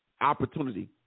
opportunity